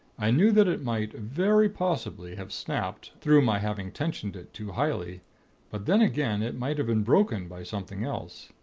i knew that it might, very possibly, have snapped, through my having tensioned it too highly but then, again, it might have been broken by something else.